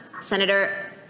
Senator